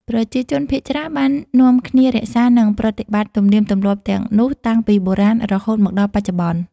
ប្រជាជនភាគច្រើនបាននាំគ្នារក្សា និងប្រតិបត្តិទំនៀមទម្លាប់ទាំងនោះតាំងពីបុរាណរហូតមកដល់បច្ចុប្បន្ន។